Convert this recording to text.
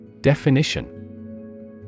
Definition